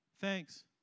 Thanks